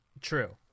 True